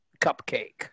cupcake